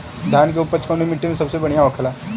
धान की उपज कवने मिट्टी में सबसे बढ़ियां होखेला?